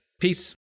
Peace